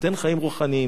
תיתן חיים רוחניים.